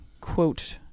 quote